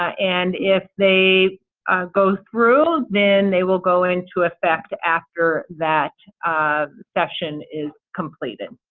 and if they go through, then they will go into effect after that um session is completed.